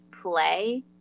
Play